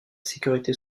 sécurité